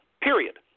period